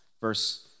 verse